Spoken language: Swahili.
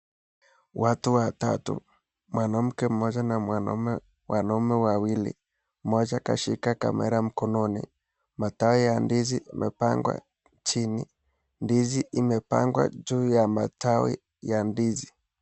Watu watatu mwanamke mmoja na wanaume wawili. Mmoja kashika kamera mkononi. Matawi ya ndizi imepangwa chini, ndizi imepangwa juu ya matawi ya ndizi.